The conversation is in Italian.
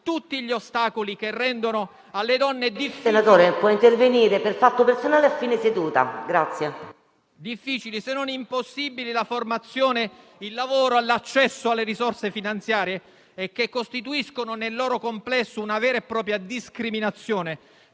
tutti gli ostacoli che rendono alle donne difficili se non impossibili la formazione, il lavoro e l'accesso alle risorse finanziarie, che costituiscono nel loro complesso una vera e propria discriminazione